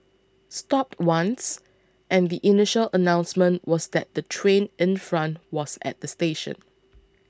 stopped once and the initial announcement was that the train in front was at the station